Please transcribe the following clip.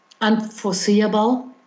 unforeseeable